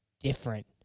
different